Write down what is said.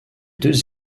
deux